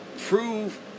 prove